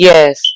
Yes